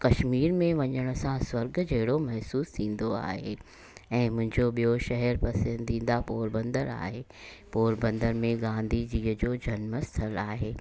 कशमीर में वञण सां स्वर्ग जहिड़ो महिसूसु थींदो आहे ऐं मुंहिंजो ॿियो शहर पसंदीदा पोरबन्दर आहे पोरबन्दर में गांधी जी जो जन्म स्थल आहे